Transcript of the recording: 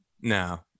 No